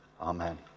Amen